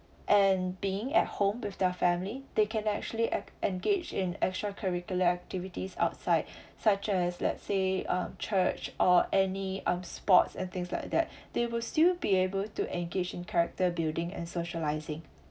and being at home with their family they can actually en~ engage in extra curricular activities outside such as let's say um church or any um sports and things like that they will still be able to engage in character building and socialising